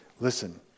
Listen